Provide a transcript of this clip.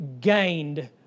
gained